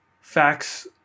facts